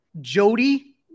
jody